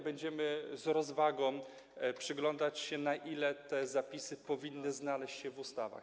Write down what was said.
Będziemy z rozwagą przyglądać się, na ile te zapisy powinny znaleźć się w ustawach.